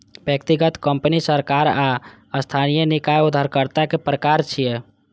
व्यक्तिगत, कंपनी, सरकार आ स्थानीय निकाय उधारकर्ता के प्रकार छियै